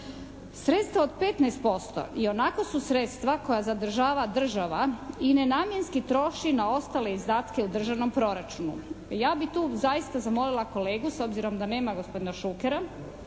Sredstva od 15% ionako su sredstva koja zadržava država i nenamjenski troši na ostale izdatke u državnom proračunu. Ja bih tu zaista zamolila kolegu, s obzirom da nema gospodina Šukera,